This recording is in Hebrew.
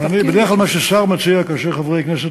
בדרך כלל מה ששר מציע כאשר חברי הכנסת